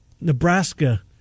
Nebraska